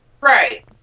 Right